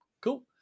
cool